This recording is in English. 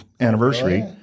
anniversary